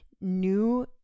new